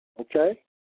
Okay